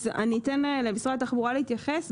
אתן למשרד התחבורה להתייחס.